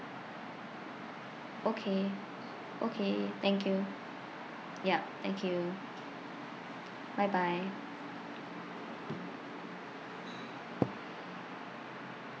okay okay thank you yup thank you bye bye